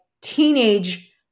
teenage